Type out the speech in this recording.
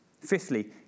Fifthly